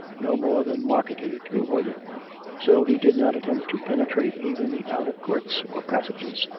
no more than mark edly to avoid it so he did not attempt to penetrate even the outer courts or passages.